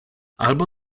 albo